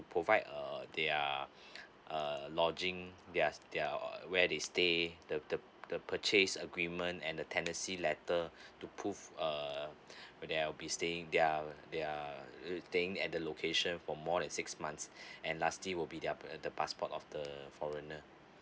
provide uh their uh err lodging theirs there err where they stay the the purchase agreement and the tenency letter to prove err where will be staying they are they are staying at the location for more than six months and lastly will be their per the passport of the foreigner